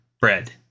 bread